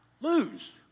lose